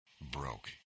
broke